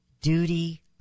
duty